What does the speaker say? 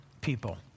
people